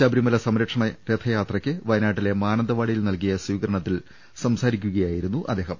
ശബരിമല സംരക്ഷണ രഥയാത്രക്ക് വയനാട്ടിലെ മാനന്തവാടിയിൽ നൽകിയ സ്വീകരണത്തിൽ സംസാരിക്കുകയായിരുന്നു അദ്ദേഹം